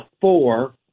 four